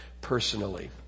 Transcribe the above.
personally